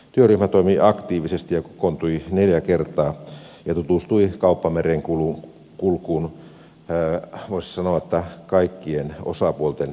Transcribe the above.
työryhmä toimi aktiivisesti ja kokoontui neljä kertaa ja tutustui kauppamerenkulkuun voisi sanoa kaikkien osapuolten näkökulmasta